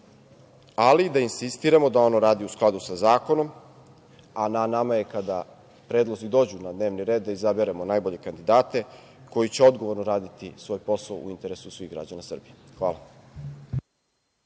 ali da insistiramo da ono radi u skladu sa Zakonom, a na nama je, kada predlozi dođu na dnevni red, da izaberemo najbolje kandidate koji će odgovorno raditi svoj posao u interesu svih građana Srbije. Hvala.